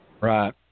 Right